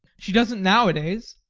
she doesn't nowadays.